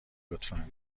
لطفا